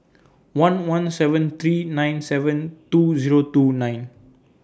one one seven three nine seven two Zero two nine